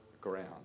ground